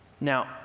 Now